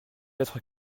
être